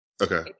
Okay